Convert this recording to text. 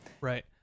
right